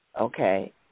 Okay